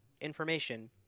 information